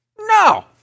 No